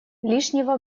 лишнего